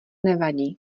nevadí